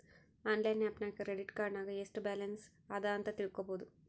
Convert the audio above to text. online app ನಾಗ್ credit card ನಾಗ್ ಎಸ್ಟ್ ಬ್ಯಾಲನ್ಸ್ ಅದಾ ಅಂತ್ ತಿಳ್ಕೊಬೋದು